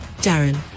Darren